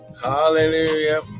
Hallelujah